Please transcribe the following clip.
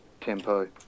tempo